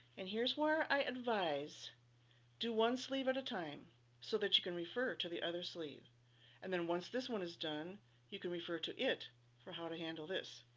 and here's where i advise do one sleeve at a time so that you can refer to the other sleeve and then once this one is done you can refer to it for how to handle this.